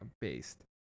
based